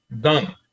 done